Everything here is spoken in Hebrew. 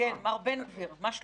יש לי